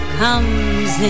comes